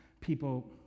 people